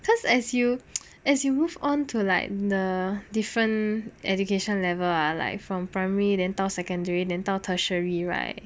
cause as you as you move onto like the different education level ah like from primary then 到 secondary then 到 tertiary right